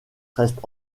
reste